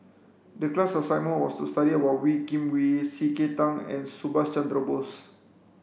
the class assignment was to study about Wee Kim Wee C K Tang and Subhas Chandra Bose